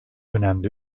önemli